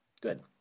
Good